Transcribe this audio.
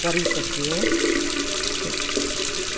કરી શકીએ છે